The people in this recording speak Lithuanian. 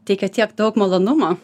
teikia tiek daug malonumo